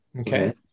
Okay